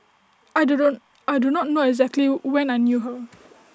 I do don't I do not know exactly when I knew her